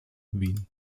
wien